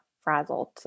frazzled